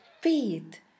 feet